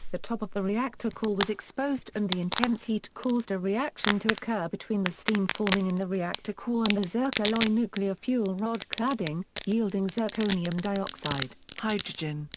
the top of the reactor core was exposed and the intense heat caused a reaction to occur between the steam forming in the reactor core and the zircaloy nuclear fuel rod cladding, yielding zirconium dioxide, hydrogen,